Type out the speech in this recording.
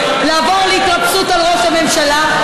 לעבור להתרפסות בפני ראש הממשלה,